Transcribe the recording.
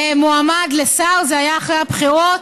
מועמד לשר, זה היה אחרי הבחירות,